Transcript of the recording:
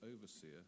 overseer